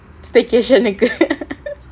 staycation னுக்கு:nukku